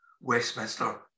Westminster